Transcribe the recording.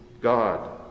God